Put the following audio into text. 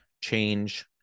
change